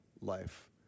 life